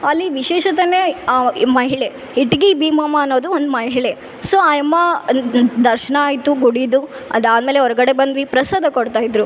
ಅಲ್ಲಿ ವಿಶೇಷತೇನೆ ಈ ಮಹಿಳೆ ಇಟ್ಕಿಬೀಮಮ್ಮ ಅನ್ನೋದು ಒಂದು ಮಹಿಳೆ ಸೊ ಆಯಮ್ಮ ದರ್ಶನ ಆಯಿತು ಗುಡಿದು ಅದಾದ ಮೇಲೆ ಹೊರಗಡೆ ಬಂದ್ವಿ ಪ್ರಸಾದ ಕೊಡ್ತಾ ಇದ್ದರು